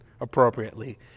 appropriately